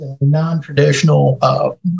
non-traditional